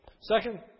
Second